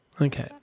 Okay